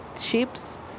ships